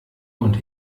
und